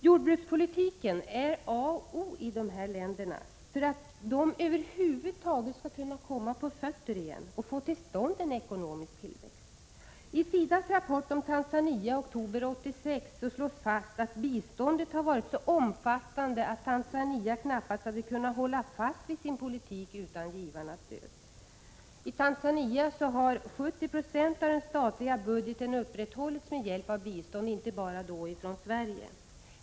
Jordbrukspolitiken är A och O för att dessa länder över huvud taget skall kunna komma på fötter igen och få till stånd en ekonomisk tillväxt. I SIDA:s rapport om Tanzania från oktober 1986 slår man fast att biståndet har varit så omfattande att Tanzania knappast hade kunnat hålla fast vid sin politik utan givarnas stöd. I Tanzania har 70 96 av den statliga budgeten upprätthållits med hjälp av bistånd — och då inte bara från Sverige.